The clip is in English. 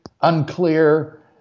unclear